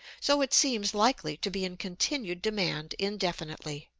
so it seems likely to be in continued demand indefinitely.